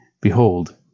Behold